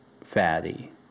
fatty